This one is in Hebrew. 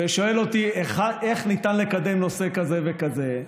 ושואל אותי איך ניתן לקדם נושא כזה וכזה,